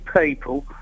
people